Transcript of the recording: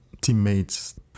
teammates